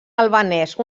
albanès